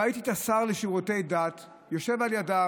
ראיתי את השר לשירותי דת יושב לידה,